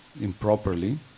improperly